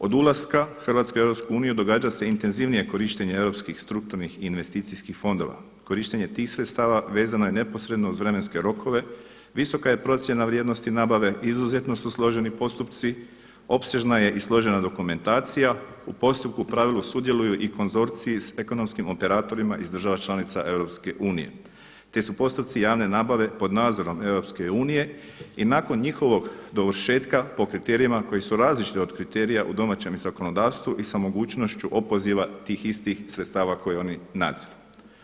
Od ulaska Hrvatske u EU događa se intenzivnije korištenje europskih strukturnih i investicijskih fondova, korištenje tih sredstava vezano je neposredno uz vremenske rokove, visoka je procjena vrijednosti nabave, izuzetno su složeni postupci, opsežna je i složena dokumentacija, u postupku u pravilu sudjeluju i konzorciji s ekonomskim operatorima iz država članica EU, te su postupci javne nabave pod nadzorom EU i nakon njihovog dovršetka po kriterijima koji su različiti od kriterija u domaćem zakonodavstvu i sa mogućnošću opoziva tih istih sredstava koji oni nadziru.